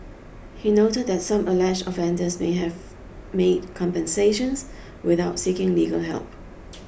he noted that some alleged offenders may have made compensations without seeking legal help